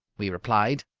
we replied.